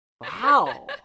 wow